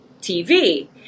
tv